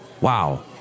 Wow